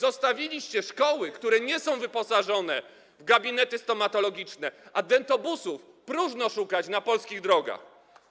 Zostawiliście szkoły, które nie są wyposażone w gabinety stomatologiczne, a dentobusów próżno szukać na polskich drogach.